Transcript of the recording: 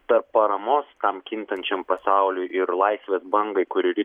tarp paramos tam kintančiam pasauliui ir laisvės bangai kuri